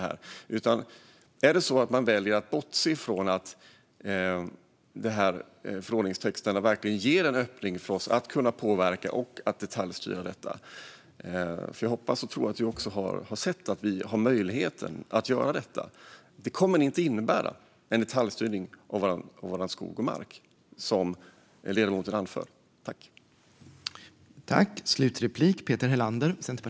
Väljer man alltså att bortse från att förordningstexterna verkligen ger en öppning för oss att kunna påverka och detaljstyra detta? Jag hoppas och tror att du också har sett att vi har möjlighet att göra det. Det kommer inte att innebära en detaljstyrning av vår skog och mark, som ledamoten anför.